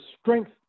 strength